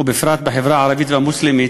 ובפרט בחברה הערבית והמוסלמית,